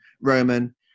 Roman